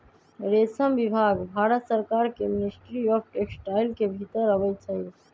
रेशम विभाग भारत सरकार के मिनिस्ट्री ऑफ टेक्सटाइल के भितर अबई छइ